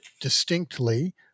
distinctly